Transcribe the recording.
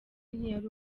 ntiyari